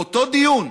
באותו דיון,